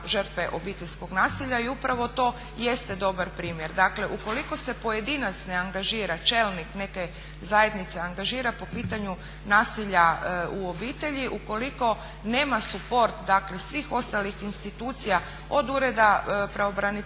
žrtve obiteljskog nasilja i upravo to jeste dobar primjer. Dakle, ukoliko se pojedinac ne angažira, čelnik neke zajednice angažira po pitanju nasilja u obitelji ukoliko nema support dakle svih ostalih institucija od ureda pravobraniteljice